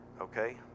Okay